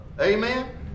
Amen